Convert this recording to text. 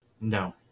No